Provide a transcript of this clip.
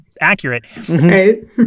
accurate